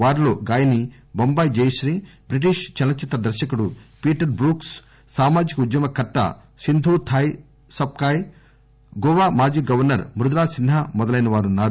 వారిలో గాయని బొంబాయి జయశ్రీ బ్రిటిష్ చలనచిత్ర దర్శకుడు పీటర్ బ్రూక్స్ సామాజిక ఉద్యమకర్త సింధూథాయ్ సప్కాయ్ గోవా మాజీ గవర్నర్ మృదులా సిన్హా మొదలైన వారు ఉన్నారు